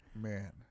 Man